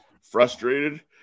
frustrated